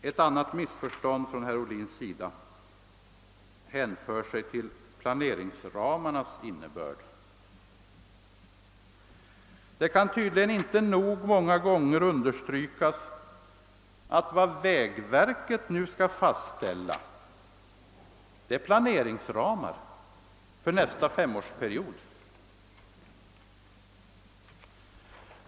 Ett annat missförstånd av herr Ohlin hänför sig till planeringsramarnas innebörd. Det kan tydligen inte nog många gånger understrykas, att vad vägverket nu skall fastställa är planeringsramar för nästa femårsperiod.